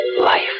life